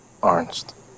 Arnst